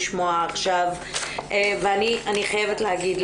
אני חייבת להגיד,